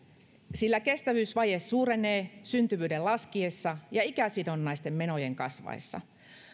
sillä kestävyysvaje suurenee syntyvyyden laskiessa ja ikäsidonnaisten menojen kasvaessa